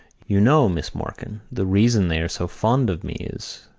you know, miss morkan, the reason they are so fond of me is